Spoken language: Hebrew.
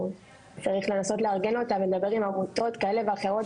צריך לנסות לארגן אותה ולדבר עם עמותות כאלו ואחרות